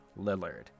Lillard